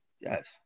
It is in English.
Yes